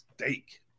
steak